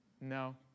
No